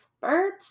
birds